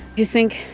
you think,